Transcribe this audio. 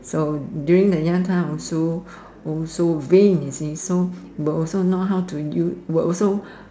so during the young time I will also also bling you see so but also know how to use will also